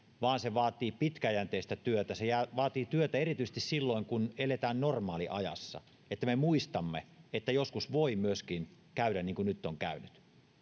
vaan se vaatii pitkäjänteistä työtä se vaatii työtä erityisesti silloin kun eletään normaaliajassa että me muistamme että joskus voi myöskin käydä niin kuin nyt on käynyt